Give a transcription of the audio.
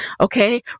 okay